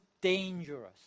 dangerous